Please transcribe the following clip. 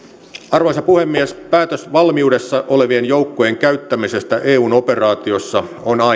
arvoisa puhemies päätös valmiudessa olevien joukkojen käyttämisestä eun operaatiossa on